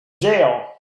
jail